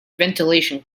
ventilation